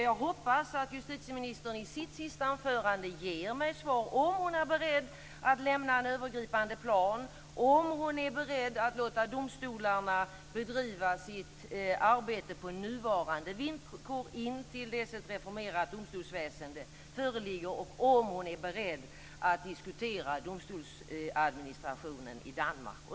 Jag hoppas att justitieministern i sitt avslutande anförande ger mig ett svar på frågan om hon är beredd att lämna ifrån sig en övergripande plan, att låta domstolarna bedriva sitt arbete på nuvarande villkor intill dess att ett reformerat domstolsväsendet föreligger och om hon är beredd att diskutera domstolsadministrationen i Danmark och